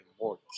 more